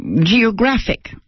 geographic